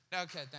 Okay